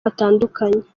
batandukanye